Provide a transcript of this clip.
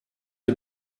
the